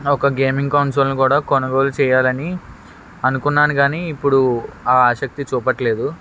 ఒక గేమింగ్ కౌన్సల్ని కూడా కొనుగోలు చేయాలని అనుకున్నాను కానీ ఇప్పుడు ఆ ఆసక్తి చూపట్లేదు